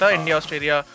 India-Australia